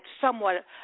somewhat